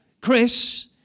Chris